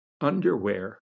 underwear